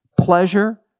pleasure